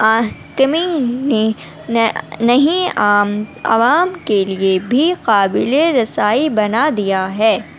آہ کمی نے نہیں عام عوام کے لیے بھی قابل رسائی بنا دیا ہے